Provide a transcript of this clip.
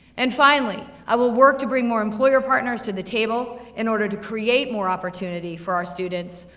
and finally, i will work to bring more employer partners to the table, in order to create more opportunity for our students,